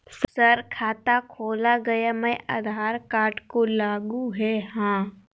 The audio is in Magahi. सर खाता खोला गया मैं आधार कार्ड को लागू है हां?